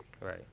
Right